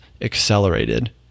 accelerated